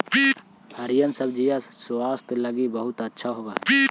हरिअर सब्जिअन स्वास्थ्य लागी बहुत अच्छा होब हई